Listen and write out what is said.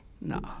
No